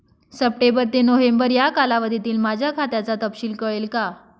September ते November या कालावधीतील माझ्या खात्याचा तपशील कळेल का?